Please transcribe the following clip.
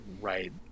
right